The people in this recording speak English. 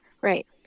Right